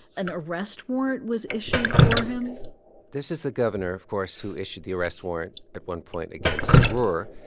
an arrest warrant was issued for him this is the governor, of course, who issued the arrest warrant, at one point, against sroor.